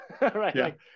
right